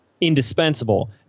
indispensable